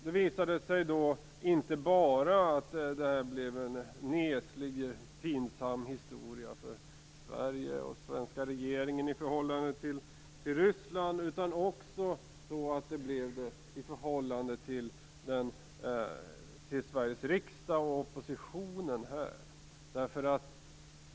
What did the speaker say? Det visade sig att det här blev en pinsam och neslig historia för den svenska regeringen inte bara i förhållandet till Ryssland utan också i förhållande till oppositionen i Sveriges riksdag.